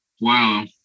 Wow